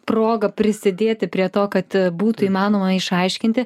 proga prisidėti prie to kad būtų įmanoma išaiškinti